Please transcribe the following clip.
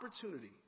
opportunity